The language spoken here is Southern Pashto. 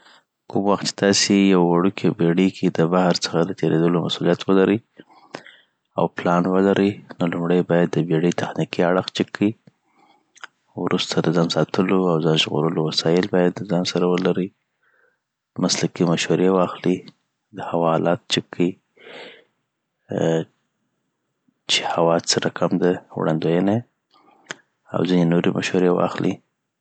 کوم وخت چي تاسي یو وړوکې بېړې کي د بحر څخه د تیریدلو مسوليت ولري او پلان ولري نو لومړي باید د بېړې تخنیکي اړخ چیک کیی وروسته د ځان ساتلو او ځان ژغورلو وسایل باید دځان سره ولري مسلکي مشورې واخلي دهوا حالات چیک کړي آ چی هوا څه رکم ده وړاندوينه یی. او ځیني نوري مشورې واخلې